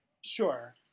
Sure